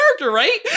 right